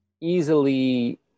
easily